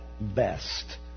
best